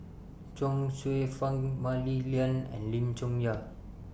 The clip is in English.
Chuang Hsueh Fang Mah Li Lian and Lim Chong Yah